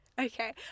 Okay